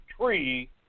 tree